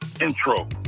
intro